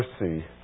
mercy